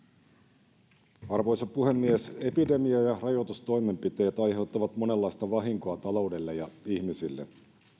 arvoisa puhemies epidemia ja rajoitustoimenpiteet aiheuttavat monenlaista vahinkoa taloudelle ja ihmisille